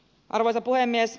arvoisa puhemies